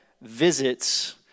visits